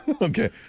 Okay